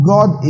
God